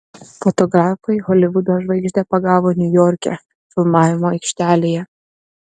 fotografai holivudo žvaigždę pagavo niujorke filmavimo aikštelėje